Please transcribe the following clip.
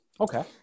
Okay